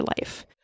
life